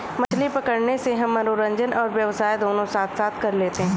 मछली पकड़ने से हम मनोरंजन और व्यवसाय दोनों साथ साथ कर लेते हैं